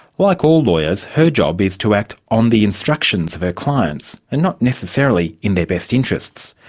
like all lawyers her job is to act on the instructions of her clients and not necessarily in their best interests.